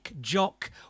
Jock